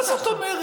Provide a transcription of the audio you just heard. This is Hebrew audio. מה זאת אומרת?